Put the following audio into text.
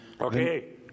Okay